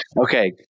Okay